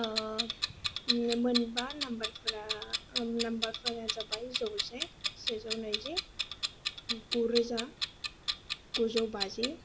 ओ मोनबा नाम्बारफोरा नाम्बारफोरा जाबाय जौसे सेजौ नैजि गु रोजा गुजौ बाजि